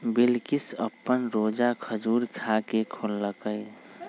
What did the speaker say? बिलकिश अप्पन रोजा खजूर खा के खोललई